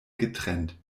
getrennt